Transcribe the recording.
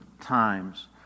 times